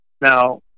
Now